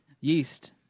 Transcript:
Yeast